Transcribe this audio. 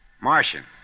Martian